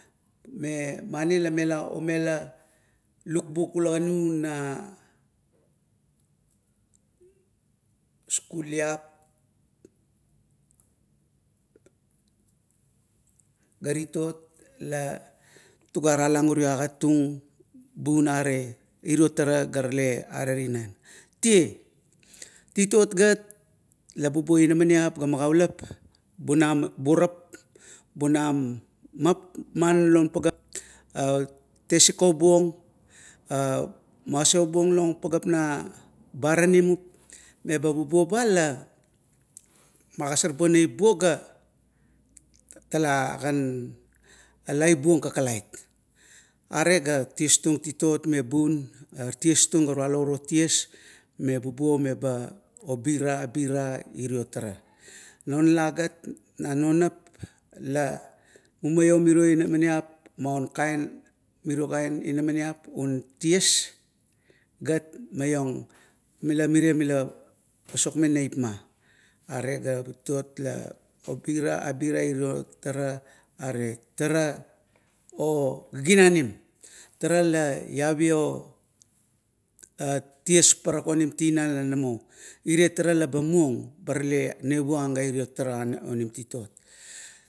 Memani la mela omela lukbuk ula ganu na aliap ga titot ga la tuga talang urio agat tung bun. are irio tara ga tale ara inan. tiea titot gatv bubuo taip ga magaulap bunam burap, bunam ma, manlon pageap, are tesiko buong, masiubuong non pageap na baranimup, meba bubuo ba la magosorbuong neip neip buo ga talagan laibuong kakalait. Are ga ties tung titot me bun ties tung ga tuala uro ties ma bubuo meba obira, obira irio tara. Na la gat na non nap la mumaio mirio inamaniap maun kan mirio kaen inamaniap un ties gat maiong mirie la pasokmeng neipma. Are ga titot ga obira, obira irio tara are tara ogignanim. Tara la lavio ties kan onim tinan la lamo. Irie tara laba muong ba tale nevuang ga iro tara onim titot.